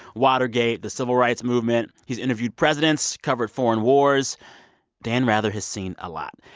watergate, the civil rights movement. he's interviewed presidents, covered foreign wars dan rather has seen a lot,